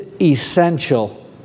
essential